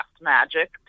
magic